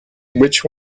which